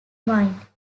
mind